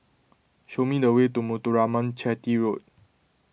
show me the way to Muthuraman Chetty Road